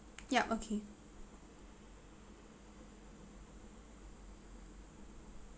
yup okay